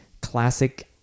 classic